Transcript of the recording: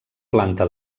planta